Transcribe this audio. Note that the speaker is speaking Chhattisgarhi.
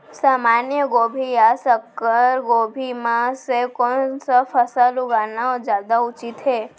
सामान्य गोभी या संकर गोभी म से कोन स फसल लगाना जादा उचित हे?